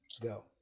Go